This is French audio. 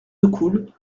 decool